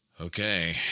Okay